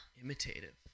Imitative